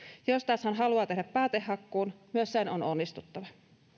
jos taas hän haluaa tehdä päätehakkuun myös sen on onnistuttava